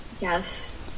yes